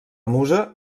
musa